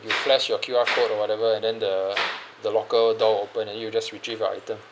you flash your Q_R code or whatever and the the locker door open and you just retrieve your item